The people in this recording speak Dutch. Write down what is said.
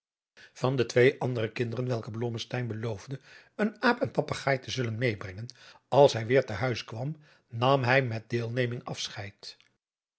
van de twee andere kinderen welken blommesteyn beloofde een aap en papegaai te zullen meêbrengen als hij weêr te huis kwam nam hij met deelneming afscheid